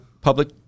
public –